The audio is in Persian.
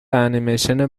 انیمیشن